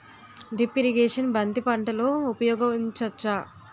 Drip irrigation బంతి పంటలో ఊపయోగించచ్చ?